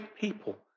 people